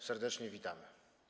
Serdecznie witamy.